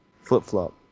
Flip-flop